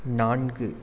நான்கு